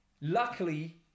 Luckily